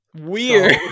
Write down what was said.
weird